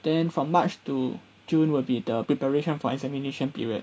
then from march to june will be the preparation for examination period